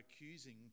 accusing